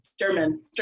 German